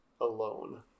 alone